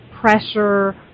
pressure